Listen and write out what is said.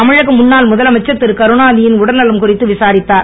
தமிழக ழன்னாள் ழுதலமைச்சர் திருகருணாநிதியின் உடல்நலம் குறித்து விசாரித்தார்